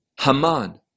Haman